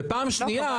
ופעם שנייה,